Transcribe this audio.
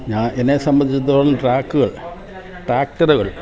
ഞാൻ എന്നെ സംബന്ധിച്ചിടത്തോളം ട്രാക്കുകൾ ട്രാക്ടറുകൾ